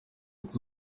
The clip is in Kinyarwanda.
uko